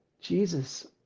Jesus